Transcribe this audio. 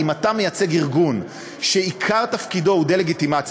אם אתה מייצג ארגון שעיקר תפקידו הוא דה-לגיטימציה,